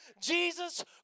Jesus